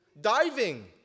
Diving